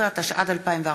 12),